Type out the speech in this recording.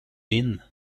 been